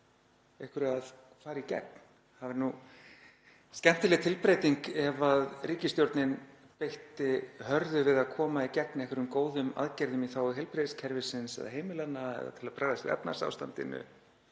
einhverju að fari í gegn. Það væri skemmtileg tilbreyting ef ríkisstjórnin beitti hörðu við að koma í gegn góðum aðgerðum í þágu heilbrigðiskerfisins eða heimilanna eða til að bregðast við efnahagsástandinu